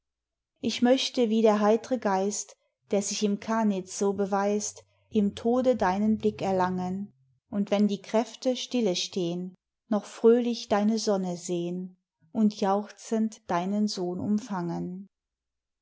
ich möchte wie der heitre geist der sich im canitz so beweist im tode deinen blick erlangen und wenn die kräfte stille stehn noch fröhlich deine sonne sehn und jauchzend deinen sohn umfangen